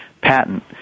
patent